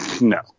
No